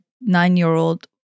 nine-year-old